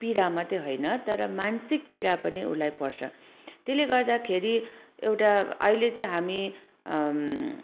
पीडा मात्र होइन मानसिक पीडा पनि उसलाई पर्छ त्यसले गर्दाखेरि एउटा अहिले चाहिँ हामी